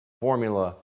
formula